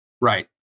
right